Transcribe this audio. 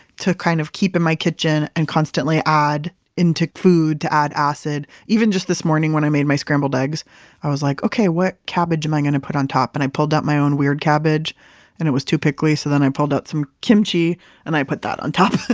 to kind of keep in my kitchen and constantly add into food, to add acid. even just this morning, when i made my scrambled eggs i was like, okay, what cabbage am i going to put on top? and i pulled out my own weird cabbage and it was too pickley, so then i pulled out some kimchi and i put that on top.